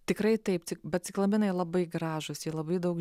tikrai taip bet ciklamenai labai gražūs jie labai daug